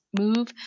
move